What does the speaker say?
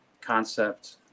concept